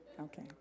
Okay